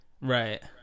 Right